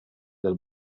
del